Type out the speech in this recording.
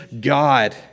God